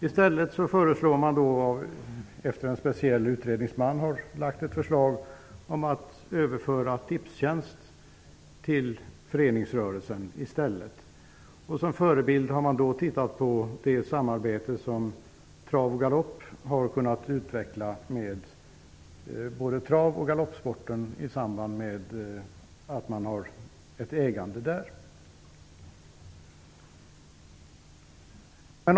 I stället för man fram ett förslag i enlighet med ett förslag som en speciell utredningsman har lagt fram. Förslaget innebär att Tipstjänst skall överföras till föreningsrörelsen. Som förebild har man haft det ägarsamarbete som Trav och Galopp har kunnat utveckla tillsammans med både travoch galoppsporten.